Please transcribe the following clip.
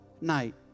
night